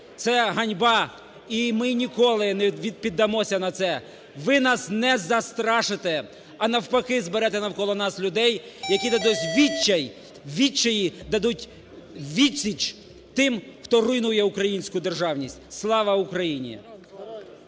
Це ганьба, і ми ніколи не піддамося на це, ви нас не застрашите, а навпаки зберете навколо нас людей, які у відчаї дадуть відсіч тим, хто руйнує українську державність. Слава Україні!